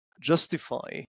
justify